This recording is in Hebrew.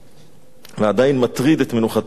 ועדיין מטריד את מנוחתו של האויב